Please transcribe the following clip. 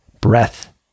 Breath